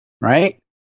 Right